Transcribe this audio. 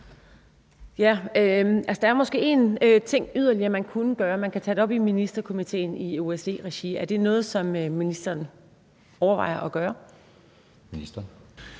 Mach (EL): Der er måske én ting, man yderligere kunne gøre. Man kan tage det op i Ministerkomitéen i OSCE-regi. Er det noget, som ministeren overvejer at gøre? Kl.